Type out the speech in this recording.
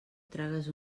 tragues